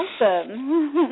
Awesome